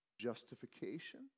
justification